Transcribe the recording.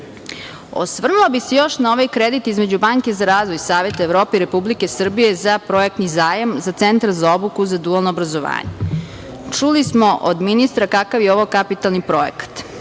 članove. Osvrnula bih se još na ovaj kredit između Banke za razvoj Saveta Evrope i Republike Srbije za projektni zajam za Centar za obuku za dualno obrazovanje. Čuli smo od ministra kakav je ovo kapitalni projekat.